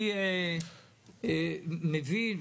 אני מבין,